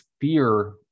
fear